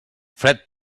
fred